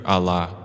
Allah